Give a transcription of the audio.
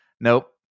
nope